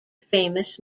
famous